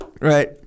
Right